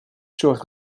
zorgt